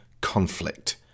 conflict